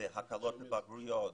בהקלות בבחינות הבגרות,